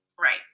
Right